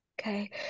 Okay